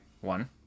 One